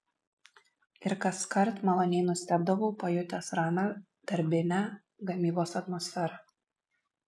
ir kaskart maloniai nustebdavau pajutęs ramią darbinę gamybos atmosferą